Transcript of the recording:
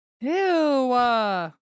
Ew